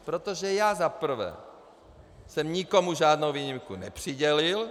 Protože já za prvé jsem nikomu žádnou výjimku nepřidělil.